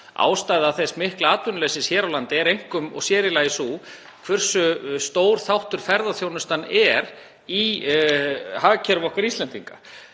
Ástæða þess mikla atvinnuleysis sem er hér á landi er einkum og sér í lagi sú hversu stór þáttur ferðaþjónustan er í hagkerfi okkar Íslendinga.